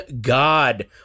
God